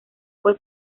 fue